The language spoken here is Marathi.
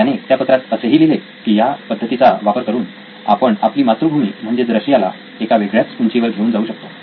त्याने त्या पत्रात असेही लिहिले की या पद्धतीचा वापर करून आपण आपली मातृभूमी म्हणजेच रशियाला एका वेगळ्याच उंचीवर घेऊन जाऊ शकतो